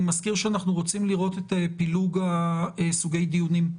אני מזכיר שאנחנו רוצים לראות את פילוג סוגי הדיונים,